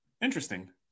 interesting